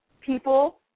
people